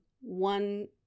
one